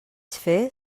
fer